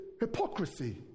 hypocrisy